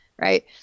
right